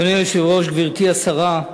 אדוני היושב-ראש, גברתי השרה,